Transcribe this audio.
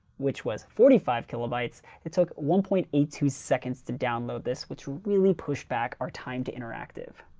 which was forty five kilobytes, it took one point eight two seconds to download this, which really pushed back our time to interactive.